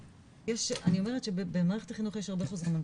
אני אומרת שבמערכת החינוך יש הרבה חוזרי מנכ"ל,